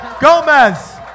Gomez